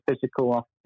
physical